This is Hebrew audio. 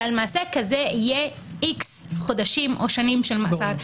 ועל מעשה כזה יהיה X חודשים או שנים של מאסר.